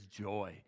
joy